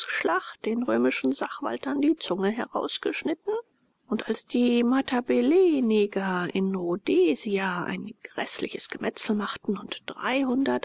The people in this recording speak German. den römischen sachwaltern die zunge ausgeschnitten und als die matabeleneger in rhodesia ein gräßliches gemetzel machten und